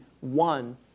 one